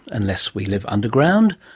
unless we live underground.